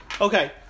Okay